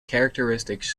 characteristics